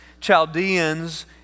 Chaldeans